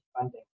funding